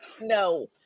no